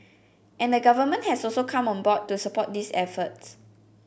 and the Government has also come on board to support these efforts